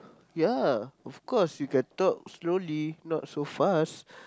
ya of course you can talk slowly not so fast